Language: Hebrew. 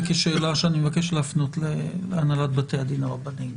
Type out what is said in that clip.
כשאלה שאני מבקש להפנות להנהלת בתי הדין הרבניים.